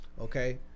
okay